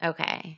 Okay